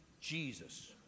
Jesus